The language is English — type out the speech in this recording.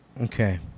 Okay